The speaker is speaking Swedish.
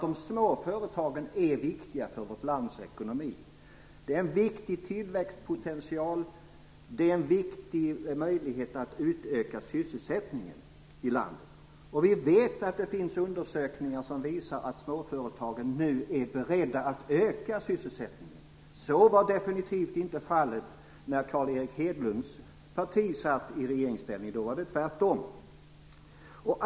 De små företagen är viktiga för vårt lands ekonomi. Småföretagen är en viktig tillväxtpotential; de är en viktig möjlighet att utöka sysselsättningen i landet. Det finns undersökningar som visar att småföretagen nu är beredda att öka sysselsättningen. Så var definitivt inte fallet när Carl Erik Hedlunds parti befanns sig i regeringsställning. Då var det tvärtom!